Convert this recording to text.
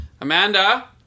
Amanda